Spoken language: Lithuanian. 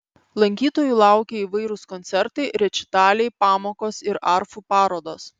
lankytojų laukia įvairūs koncertai rečitaliai pamokos ir arfų parodos